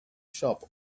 shop